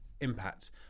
impact